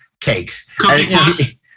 cakes